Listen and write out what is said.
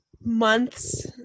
month's